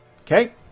Okay